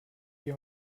die